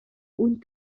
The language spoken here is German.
und